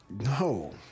No